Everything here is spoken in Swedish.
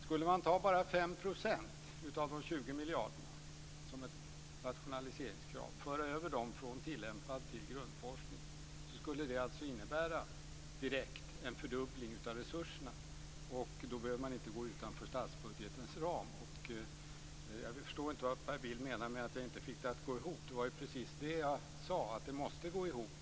Skulle man ta bara 5 % av de 20 miljarderna som ett rationaliseringskrav och föra över dem från tillämpad forskning till grundforskning så skulle det alltså direkt innebära en fördubbling av resurserna, och då behöver man inte gå utanför statsbudgetens ram. Jag förstår inte vad Per Bill menar med att jag inte fick det att gå ihop. Det var ju precis det jag sade: Det måste gå ihop.